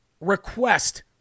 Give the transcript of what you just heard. request